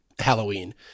halloween